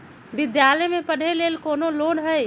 विद्यालय में पढ़े लेल कौनो लोन हई?